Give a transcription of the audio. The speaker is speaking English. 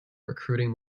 recruiting